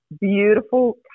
beautiful